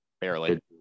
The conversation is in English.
Barely